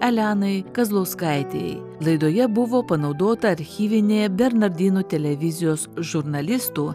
elenai kazlauskaitei laidoje buvo panaudota archyvinė bernardinų televizijos žurnalistų